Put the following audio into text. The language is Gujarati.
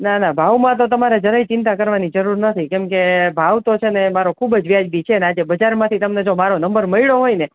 ના ના ભાવમાં તો તમારે જરાયે ચિંતા કરવાની જરૂર નથી કેમ કે ભાવ તો છેને મારો ખૂબ જ વ્યાજબી છે આજે બજારમાંથી તમને જો મારો નંબર મળ્યો હોય ને